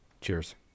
cheers